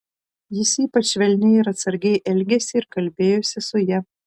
jis ypač švelniai ir atsargiai elgėsi ir kalbėjosi su ja